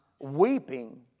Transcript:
weeping